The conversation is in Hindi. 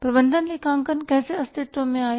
प्रबंधन लेखांकन कैसे अस्तित्व में आया